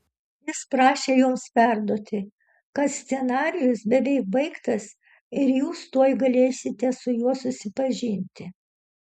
jis prašė jums perduoti kad scenarijus beveik baigtas ir jūs tuoj galėsite su juo susipažinti